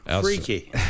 Freaky